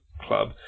club